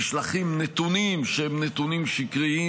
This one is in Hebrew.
נשלחים נתונים שהם נתונים שקריים,